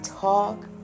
talk